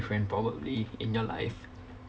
friend probably in your life